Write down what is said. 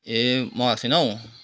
ए मगाएको छैनौ